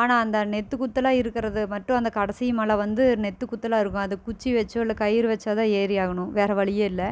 ஆனா அந்த நெத்து குத்தலாக இருக்குறது மட்டும் அந்த கடைசி மலை வந்து நெத்து குத்தலாகருக்கும் அது குச்சி வச்சோ இல்லை கயிறு வச்சோ தான் ஏறியாகணும் வேறு வழியே இல்லை